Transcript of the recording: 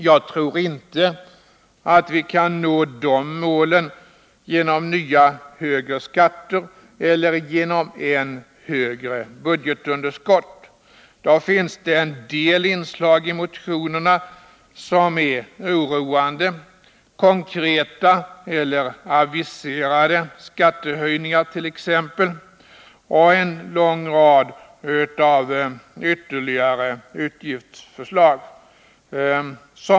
Jag tror inte att vi kan nå de målen genom nya skattehöjningar eller genom än högre budgetunderskott. Det finns också en del oroande inslag i motionerna, t.ex. konkreta krav på skattehöjningar eller aviseringar av sådana, liksom en lång rad förslag till ytterligare utgifter.